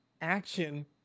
action